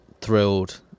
thrilled